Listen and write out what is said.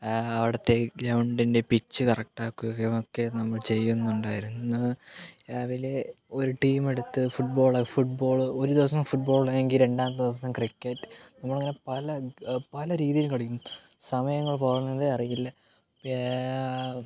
ആ അവിടുത്തെ ഗ്രൗണ്ടിൻ്റെ പിച് കറക്റ്റ് ആക്കുകയും ഒക്കെ നമ്മൾ ചെയ്യുന്നുണ്ടായിരുന്നു രാവിലെ ഒരു ടീമെടുത്ത് ഫുട്ബോൾ ഫുട്ബോൾ ഒരു ദിവസം ഫുട്ബോൾ എങ്കിൽ രണ്ടാമത്തെ ദിവസം ക്രിക്കറ്റ് നമ്മള് പല പല രീതിയിൽ കളിക്കും സമയങ്ങൾ പോകുന്നതേ അറിയില്ല